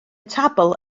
tabl